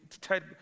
Ted